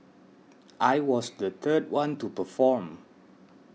I was the third one to perform